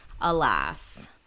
alas